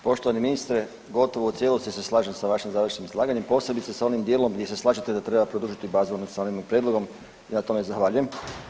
Poštovani ministre gotovo u cijelosti se slažem sa vašim završnim izlaganjem posebice sa onim dijelom gdje se slažete da treba produžiti bazu …/nerazumljivo/… prijedlogom i na tome zahvaljujem.